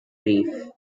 brief